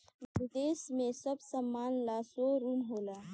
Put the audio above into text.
विदेश में सब समान ला शोरूम होला